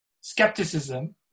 skepticism